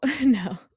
no